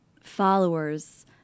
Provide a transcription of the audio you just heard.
followers